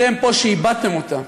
אתם פה, שאיבדתם אותה,